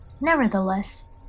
Nevertheless